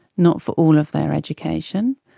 not for all of their education,